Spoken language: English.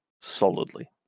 solidly